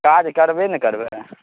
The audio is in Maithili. काज करबे ने करबै